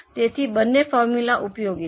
તેથી બંને ફોર્મ્યુલા ઉપયોગી છે